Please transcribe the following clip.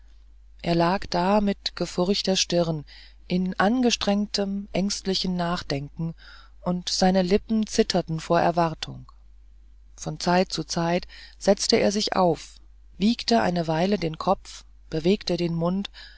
er lag da mit gefurchter stirne in angestrengtem ängstlichen nachdenken und seine lippen zitterten vor erwartung von zeit zu zeit setzte er sich auf wiegte eine weile den kopf bewegte den mund